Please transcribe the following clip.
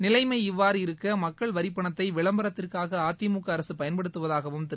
நிலைமை இவ்வாறு இருக்க மக்கள் வரிப்பணத்தை விளம்பரத்திற்காக அதிமுக அரசுபயன்படுத்துவதாகவும் திரு